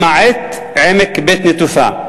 למעט עמק בית-נטופה.